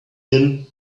him